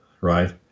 right